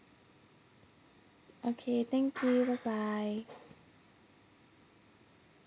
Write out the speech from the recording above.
okay thank you bye bye